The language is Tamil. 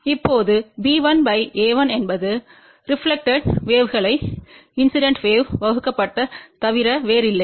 இப்போதுb1a1என்பது ரெப்லக்டெட் வேவ்களைத் இன்சிடென்ட் வேவ் வகுக்கப்பட்ட தவிர வேறில்லை